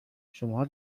شماها